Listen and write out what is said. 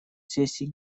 сессии